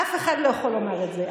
אף אחד לא יכול לומר את זה.